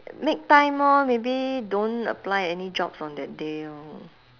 make time orh maybe don't apply any jobs on that day orh